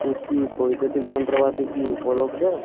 cookie বৈদ্যুতিক যন্ত্রপাতি কি উপলব্ধ